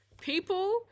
People